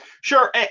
Sure